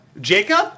Jacob